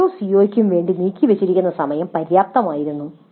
ഓരോ സിഒയ്ക്കും വേണ്ടി നീക്കിവച്ചിരിക്കുന്ന സമയം പര്യാപ്തമായിരുന്നു